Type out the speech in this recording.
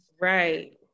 Right